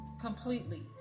completely